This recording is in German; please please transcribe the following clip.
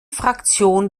fraktion